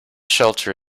shelter